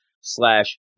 slash